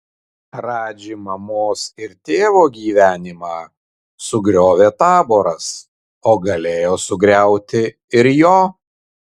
radži mamos ir tėvo gyvenimą sugriovė taboras o galėjo sugriauti ir jo